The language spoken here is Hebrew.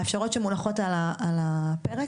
האפשרויות שמונחות על הפרק